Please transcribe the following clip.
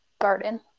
garden